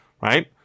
Right